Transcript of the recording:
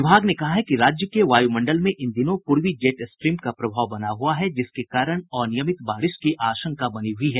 विभाग ने कहा है कि राज्य के वायु मंडल में इन दिनों पूर्वी जेट स्ट्रीम का प्रभाव बना हुआ है जिसके कारण अनियमित बारिश की आशंका बनी हुई है